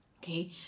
Okay